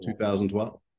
2012